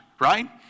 right